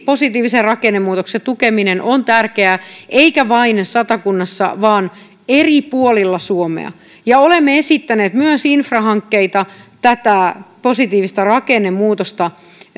positiivisen rakennemuutoksen tukeminen on tärkeää eikä vain satakunnassa vaan eri puolilla suomea olemme esittäneet myös infrahankkeita tätä positiivista rakennemuutosta